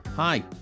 Hi